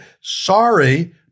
Sorry